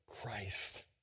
Christ